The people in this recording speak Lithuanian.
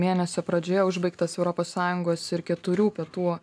mėnesio pradžioje užbaigtas europos sąjungos ir keturių pietų